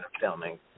filming